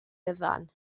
gyfan